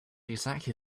exactly